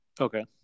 Okay